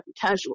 casual